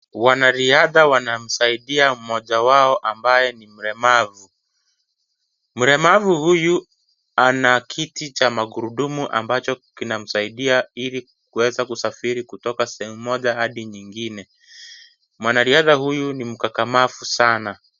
Wanariadha wanasaidia mmoja wao ambaye ni mlemavu , mlemavu huyu ana kitu cha magurudumu ambacho kinamsaidianili kuweza kusafiri kutoka sehemu moja hadi nyingine . Mwanariadha huyu ni mkakamavu Sana.